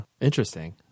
Interesting